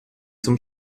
zum